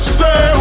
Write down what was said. Stay